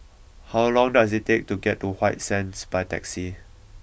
how long does it take to get to White Sands by taxi